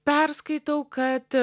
perskaitau kad